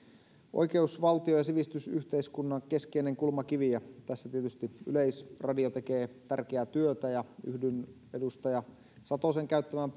oikeusvaltion ja sivistysyhteiskunnan keskeinen kulmakivi ja tässä tietysti yleisradio tekee tärkeää työtä yhdyn edustaja satosen käyttämiin